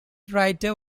writer